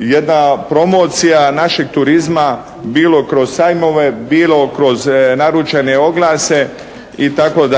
jedna promocija našeg turizma bilo kroz sajmove, bilo kroz naručene oglase itd.